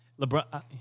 LeBron –